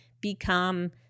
become